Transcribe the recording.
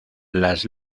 las